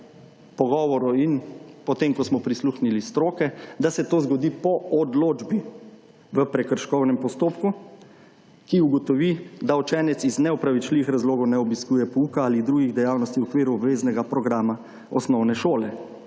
in po tem, ko smo prisluhnili stroki, da se to zgodi po odločbi v prekrškovnem postopku, ki ugotovi, da učenec iz neupravičljivih razlogov ne obiskuje pouka ali drugih dejavnosti v okviru obveznega programa osnovne šole.